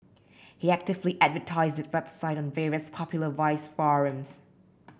he actively advertised the website on various popular vice forums